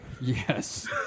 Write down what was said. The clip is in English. Yes